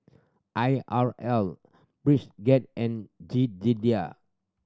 I R L Bridgett and Jedidiah